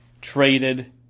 traded